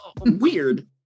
weird